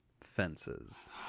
Fences